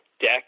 deck